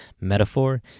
metaphor